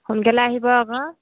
সোনকালে আহিব আকৌ